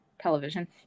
television